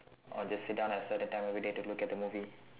or just sit down at certain time of the day to look at the movie